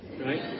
Right